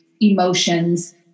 emotions